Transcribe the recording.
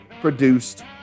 produced